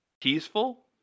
peaceful